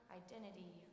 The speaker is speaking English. identity